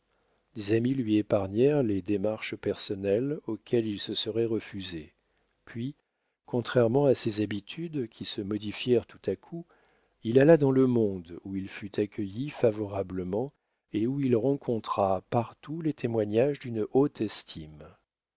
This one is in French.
des amis lui épargnèrent les démarches personnelles auxquelles il se serait refusé puis contrairement à ses habitudes qui se modifièrent tout à coup il alla dans le monde où il fut accueilli favorablement et où il rencontra partout les témoignages d'une haute estime